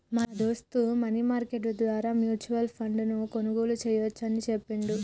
మా దోస్త్ money market ద్వారా మ్యూచువల్ ఫండ్ ను కొనుగోలు చేయవచ్చు అని చెప్పిండు